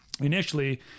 Initially